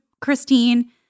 Christine